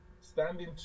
standing